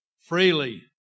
Freely